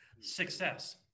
Success